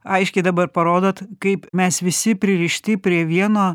aiškiai dabar parodot kaip mes visi pririšti prie vieno